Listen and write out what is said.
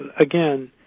again